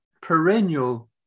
perennial